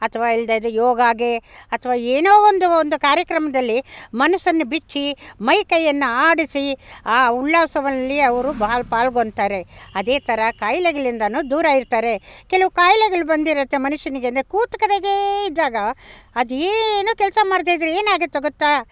ಅಥ್ವಾ ಇಲ್ದಿದ್ರೆ ಯೋಗಕ್ಕೆ ಅಥ್ವಾ ಏನೋ ಒಂದು ಒಂದು ಕಾರ್ಯಕ್ರಮದಲ್ಲಿ ಮನಸ್ಸನ್ನು ಬಿಚ್ಚಿ ಮೈಕೈಯನ್ನು ಆಡಿಸಿ ಆ ಉಲ್ಲಾಸದಲ್ಲಿ ಅವ್ರು ಪಾಲು ಪಾಲ್ಗೋಳ್ತಾರೆ ಅದೇ ತರ ಕಾಯಿಲೆಗಳಿಂದಲು ದೂರ ಇರ್ತಾರೆ ಕೆಲವು ಕಾಯಿಲೆಗಳು ಬಂದಿರುತ್ತೆ ಮನುಷ್ಯನಿಗೆ ಅಂದರೆ ಕೂತ್ಕಡೆಗೆ ಇದ್ದಾಗ ಅದೇನೂ ಕೆಲಸ ಮಾಡದೇ ಇದ್ದರೆ ಏನಾಗುತ್ತೆ ಗೊತ್ತ